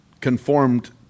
conformed